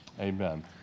amen